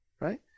right